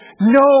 no